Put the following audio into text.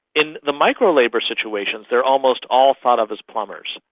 in the micro-labour situations they are almost all thought of as plumbers.